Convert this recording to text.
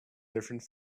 different